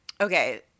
Okay